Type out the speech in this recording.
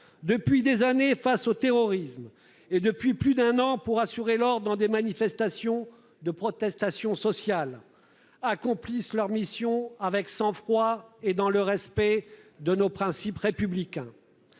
depuis des années face au terrorisme et, depuis plus d'un an, dans le cadre des manifestations de protestation sociale, accomplissent leur mission avec sang-froid et dans le respect de nos principes républicains.